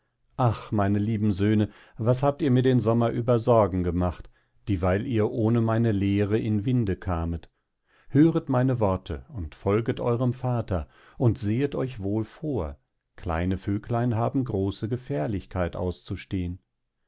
ach meine lieben söhne was habt ihr mir den sommer über sorge gemacht dieweil ihr ohne meine lehre in winde kamet höret meine worte und folget eurem vater und sehet euch wohl vor kleine vöglein haben große gefährlichkeit auszustehn